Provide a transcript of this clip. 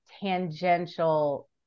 tangential